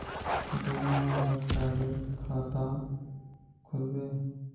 बिना आधार कार्डेर खाता खुल बे?